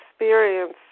experience